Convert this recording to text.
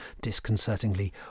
disconcertingly